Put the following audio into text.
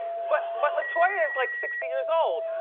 but but latoya is like sixty years old.